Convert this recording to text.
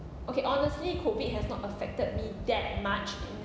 okay honestly COVID has not affected me that much in